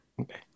Okay